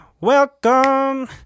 welcome